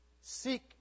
seek